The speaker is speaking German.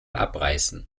abreißen